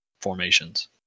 formations